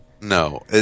No